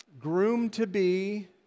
groom-to-be